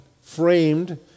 framed